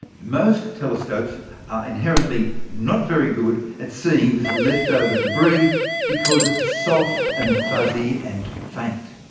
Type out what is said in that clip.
most telescopes are inherently not very good at seeing this left-over debris because it's soft and fuzzy and faint.